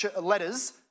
letters